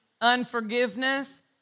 unforgiveness